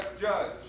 judge